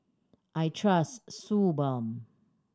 I trust Suu Balm